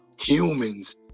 humans